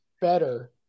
better